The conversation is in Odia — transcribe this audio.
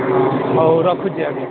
ହଉ ରଖୁଛି ଆଜ୍ଞା